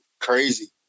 crazy